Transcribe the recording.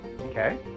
Okay